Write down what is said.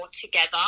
together